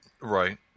Right